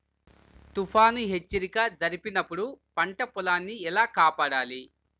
తుఫాను హెచ్చరిక జరిపినప్పుడు పంట పొలాన్ని ఎలా కాపాడాలి?